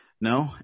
No